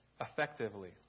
effectively